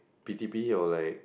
p_t_p or like